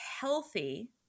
healthy